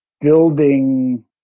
building